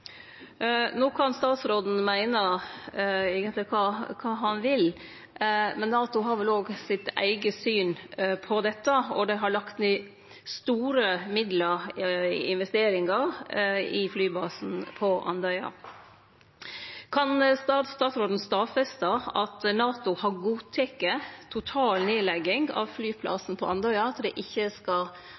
No kan statsråden eigentleg meine kva han vil, men NATO har vel òg sitt eige syn på dette, og dei har lagt ned store midlar i investeringar i flybasen på Andøya. Kan statsråden stadfeste at NATO har godteke total nedlegging av flyplassen på Andøya, at ein ikkje skal